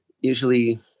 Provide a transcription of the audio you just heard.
usually